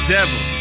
devil